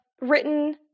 written